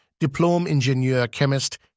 Diplom-Ingenieur-Chemist-